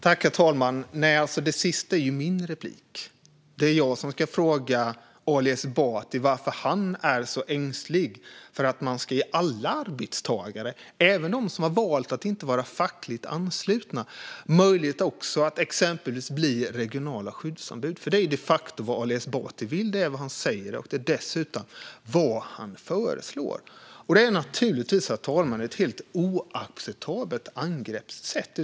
Herr talman! Det sista är min replik! Det är jag som ska fråga Ali Esbati varför han är så ängslig för att man ska ge alla arbetstagare, även dem som har valt att inte vara fackligt anslutna, möjlighet att bli regionala skyddsombud. Det är de facto vad Ali Esbati vill, vad han säger och dessutom vad han föreslår. Det här, herr talman, är naturligtvis ett helt oacceptabelt angreppssätt.